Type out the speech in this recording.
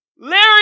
Larry